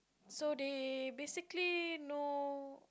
so they basically know